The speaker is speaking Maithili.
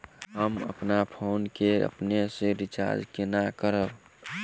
हम अप्पन फोन केँ अपने सँ रिचार्ज कोना करबै?